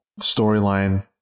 storyline